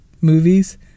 movies